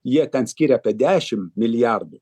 jie ten skiria apie dešimt milijardų